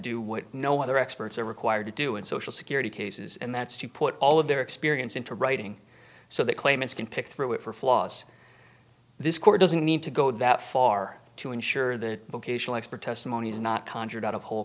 do what no other experts are required to do in social security cases and that's to put all of their experience into writing so that claimants can pick through it for flaws this court doesn't need to go that far to ensure that vocational expert testimony is not conjured out of whole